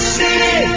city